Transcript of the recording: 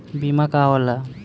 बीमा का होला?